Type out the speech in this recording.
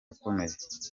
akomeye